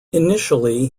initially